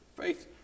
faith